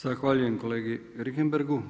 Zahvaljujem kolegi Richemberghu.